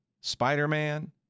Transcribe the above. Spider-Man